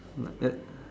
like that